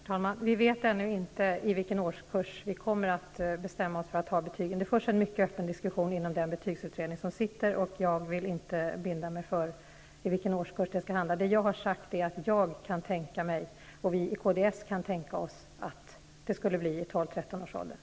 Her talman! Vi vet ännu inte i vilken årskurs som vi kommer att bestämma oss för att införa betyg. Det förs en mycket öppen diskussion inom den betygsutredning som arbetar med frågan. Jag vill inte binda mig för vilken årskurs som blir aktuell. Jag har sagt att jag kan tänka mig och att vi i Kds kan tänka oss att det kan bli vid 12--13-årsåldern.